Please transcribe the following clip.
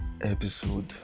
episode